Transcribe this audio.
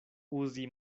uzi